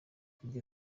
iryo